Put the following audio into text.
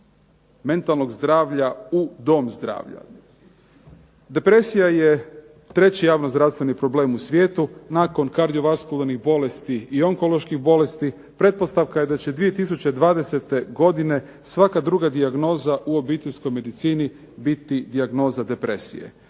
mentalnog zdravlja u dom zdravlja. Depresija je treći javno-zdravstveni problem u svijetu nakon kardiovaskularnih bolesti i onkoloških bolesti. Pretpostavka je da će 2020. godine svaka druga dijagnoza u obiteljskoj medicini biti dijagnoza depresije.